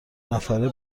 نفره